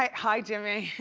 ah hi, jimmy.